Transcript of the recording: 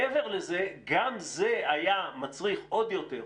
מעבר לזה, גם זה היה מצריך עוד יותר,